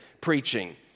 preaching